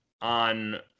on